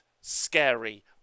scary